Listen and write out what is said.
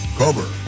cover